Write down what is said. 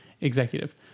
executive